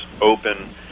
open